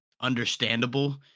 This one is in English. Understandable